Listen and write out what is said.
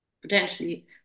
potentially